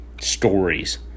stories